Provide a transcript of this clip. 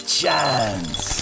chance